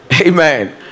Amen